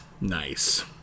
Nice